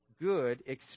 good